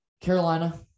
Carolina